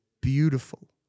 beautiful